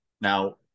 Now